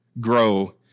grow